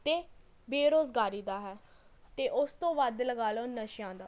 ਅਤੇ ਬੇਰੁਜ਼ਗਾਰੀ ਦਾ ਹੈ ਅਤੇ ਓਸ ਤੋਂ ਵੱਧ ਲਗਾ ਲਉ ਨਸ਼ਿਆਂ ਦਾ